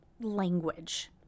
language